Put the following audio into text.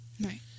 Right